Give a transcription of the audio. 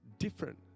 different